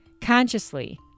consciously